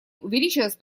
увеличилось